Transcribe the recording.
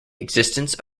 existence